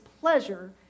pleasure